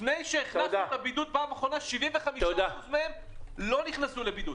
לפני שנכנסנו לבידוד בפעם האחרונה 75% מהם לא נכנסו לבידוד,